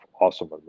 awesome